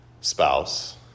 spouse